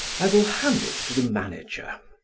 i will hand it to the manager.